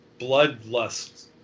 bloodlust